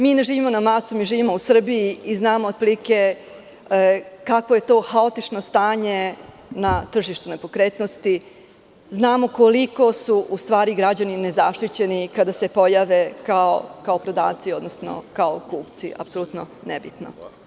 Mi ne živimo na Marsu, mi živimo u Srbiji i znamo otprilike kakvo je to haotično stanje na tržištu nepokretnosti, znamo koliko su u stvari građani nezaštićeni kada se pojave kao prodavci ili kao kupci, apsolutno je nebitno.